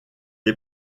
est